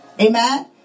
Amen